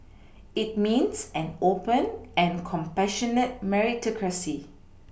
it means an open and compassionate Meritocracy